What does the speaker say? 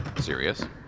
Serious